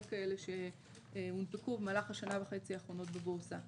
כאלה שהונפקו במהלך השנה וחצי האחרונות בבורסה.